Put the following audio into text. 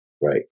right